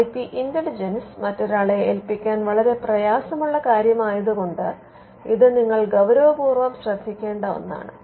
I P intelligence മറ്റൊരാളെ ഏൽപ്പിക്കാൻ വളരെ പ്രയാസമുള്ള കാര്യമായത് കൊണ്ട് ഇത് നിങ്ങൾ ഗൌരവ്വപൂർവ്വം ശ്രദ്ധിക്കേണ്ട ഒന്നാണ്